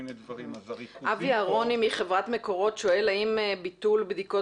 אבי אלוני מחברת מקורות שואל האם ביטול בדיקות